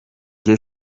jye